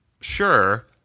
Sure